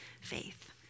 faith